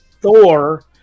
Thor